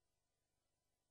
16:00.